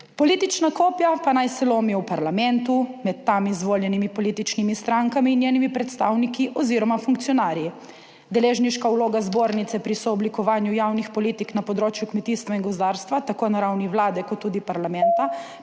Politična kopja pa naj se lomi v parlamentu, med tam izvoljenimi političnimi strankami in njenimi predstavniki oziroma funkcionarji. Deležniška vloga Zbornice pri sooblikovanju javnih politik na področju kmetijstva in gozdarstva, tako na ravni Vlade kot tudi parlamenta,